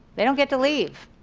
they don't get to leave.